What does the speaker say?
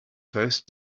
first